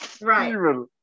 Right